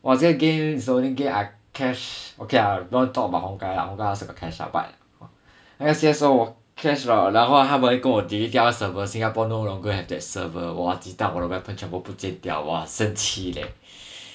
!wah! 这个 game is the only game I cash okay ah I don't want to talk about honkai ah honkai I also got cash lah but 那个 C_S_GO 我 cash 了然后他们跟我 delete 掉那个 server singapore no longer have that server !wah! 鸡蛋我的 weapon 全部不见掉 !wah! 生气 leh